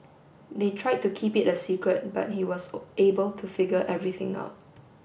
they tried to keep it a secret but he was able to figure everything out